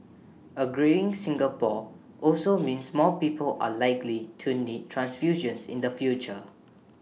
A greying Singapore also means more people are likely to need transfusions in the future